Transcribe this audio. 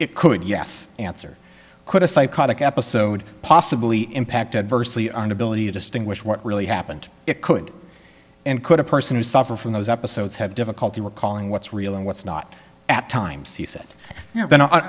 it could yes answer could a psychotic episode possibly impact adversely an ability to distinguish what really happened it could and could a person who suffer from those episodes have difficulty recalling what's real and what's not at times he said